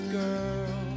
girl